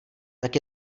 tak